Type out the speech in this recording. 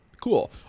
cool